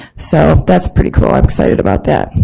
so that's pretty cool, i'm excited about that.